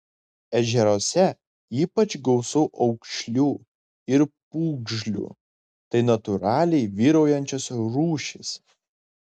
ežeruose ypač gausu aukšlių ir pūgžlių tai natūraliai vyraujančios rūšys